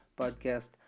podcast